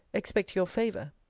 expect your favour.